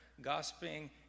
gossiping